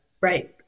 Right